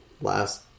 last